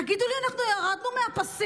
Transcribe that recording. תגידו לי, אנחנו ירד מהפסים?